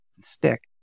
stick